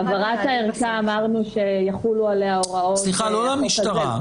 העברת הערכה אמרנו שיחולו עליה הוראות החוק הזה.